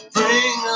Bring